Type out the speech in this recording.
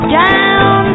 down